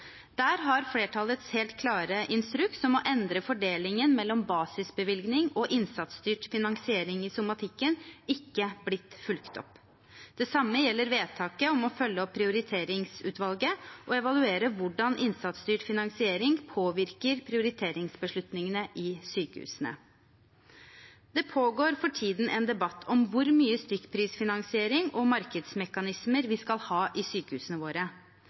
Der har flertallets helt klare instruks om å endre fordelingen mellom basisbevilgning og innsatsstyrt finansiering i somatikken ikke blitt fulgt opp. Det samme gjelder vedtaket om å følge opp Prioriteringsutvalget og evaluere hvordan innsatsstyrt finansiering påvirker prioriteringsbeslutningene i sykehusene. Det pågår for tiden en debatt om hvor mye stykkprisfinansiering og markedsmekanismer vi skal ha i sykehusene våre.